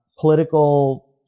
political